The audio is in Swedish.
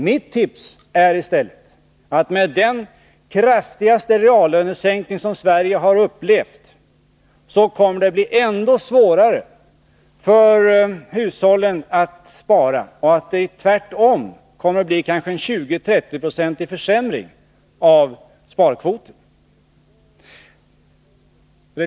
Mitt tips är att det på grund av den kraftigaste reallönesänkning som Sverige har upplevt kommer att bli ännu svårare för hushållen att spara och att det tvärtom kommer att bli en kanske 20 eller 30-procentig försämring av sparkvoten.